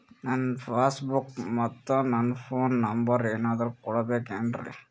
ನನ್ನ passbook ಮತ್ ನನ್ನ ಫೋನ್ ನಂಬರ್ ಏನಾದ್ರು ಕೊಡಬೇಕೆನ್ರಿ?